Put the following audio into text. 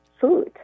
food